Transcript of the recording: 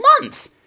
month